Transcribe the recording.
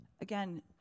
again